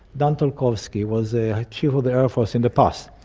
dan tolkovsky was a chief of the air force in the past.